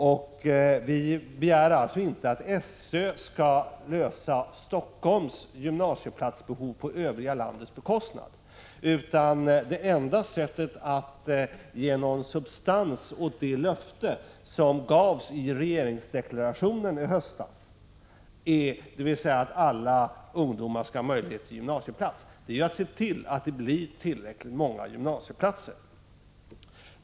Man kan alltså inte begära att SÖ skall lösa Helsingforss gymnasieplatsbehov på övriga landets bekostnad. Det enda sättet att ge någon substans åt det löfte som gavs i regeringsdeklarationen i höstas, dvs. att alla ungdomar skall ha möjlighet till gymnasieplats, är att se till att det blir tillräckligt många gymnasieplatser.